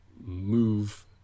move